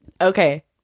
Okay